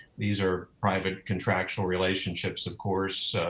these are private contractual relationships. of course,